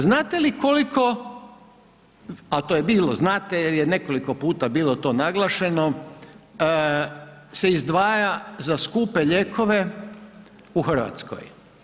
Znate li koliko, al to je bilo znate jer je nekoliko puta bilo to naglašeno, se izdvaja za skupe lijekove u Hrvatskoj?